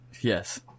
Yes